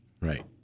Right